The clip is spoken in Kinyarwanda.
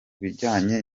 bijyanye